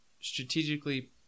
strategically